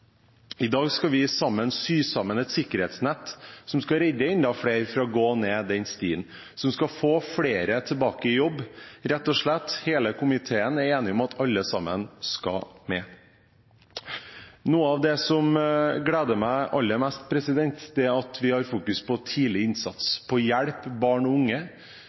I dag skal vi sammen sy sammen et sikkerhetsnett som skal redde enda flere fra å gå ned den stien, og som skal få flere tilbake i jobb. Rett og slett hele komiteen er enig om at alle sammen skal med. Noe av det som gleder meg aller mest, er at vi har fokus på tidlig innsats, på å hjelpe barn og unge,